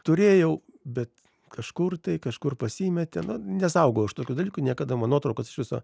turėjau bet kažkur tai kažkur pasimetė na nesaugau aš tokių dalykų niekada man nuotraukos iš viso